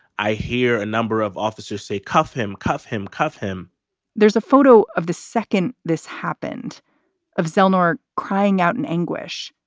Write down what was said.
i hear a number of officers say, cuff him, cuff him, cuff him there's a photo of the second. this happened of zellner crying out in anguish.